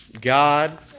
God